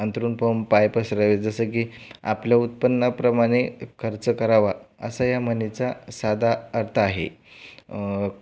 अंथरूण पाहून पाय पसरावेत जसं की आपल्या उत्पन्नाप्रमाणे खर्च करावा असा या म्हणीचा साधा अर्थ आहे